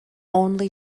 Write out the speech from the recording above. only